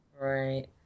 Right